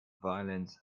violins